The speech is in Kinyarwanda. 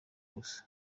gusa